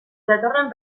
datorren